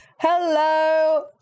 Hello